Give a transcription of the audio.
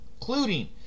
including